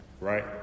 right